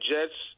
Jets